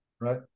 right